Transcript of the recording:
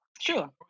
Sure